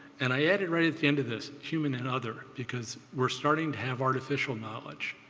and i added right at the end of this human and other. because we're starting to have artificial knowledge,